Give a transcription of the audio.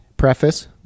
preface